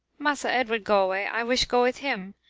massa edward go away i wish go with him.